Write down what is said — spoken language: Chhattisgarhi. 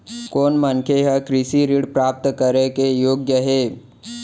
कोन मनखे ह कृषि ऋण प्राप्त करे के योग्य हे?